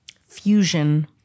fusion